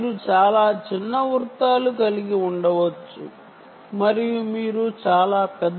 మీరు చాలా చిన్న వృత్తాలు కలిగి ఉండవచ్చు మరియు మీరు చాలా పెద్ద వృత్తాలను కలిగి ఉండవచ్చు